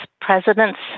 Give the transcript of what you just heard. President's